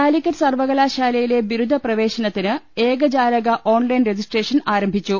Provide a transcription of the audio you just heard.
കാലിക്കറ്റ് സർവകലാശാലയിലെ ബിരുദ പ്രവേശനത്തിന് ഏക ജാലക ഓൺലൈൻ രജിസ്ട്രേഷൻ ആരംഭിച്ചു